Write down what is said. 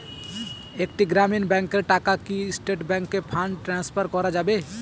একটি গ্রামীণ ব্যাংকের টাকা কি স্টেট ব্যাংকে ফান্ড ট্রান্সফার করা যাবে?